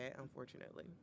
unfortunately